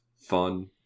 fun